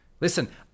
Listen